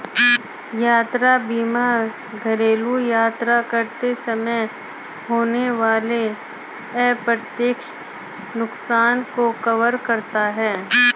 यात्रा बीमा घरेलू यात्रा करते समय होने वाले अप्रत्याशित नुकसान को कवर करता है